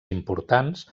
importants